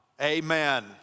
Amen